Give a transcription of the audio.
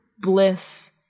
bliss